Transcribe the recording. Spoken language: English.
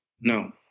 No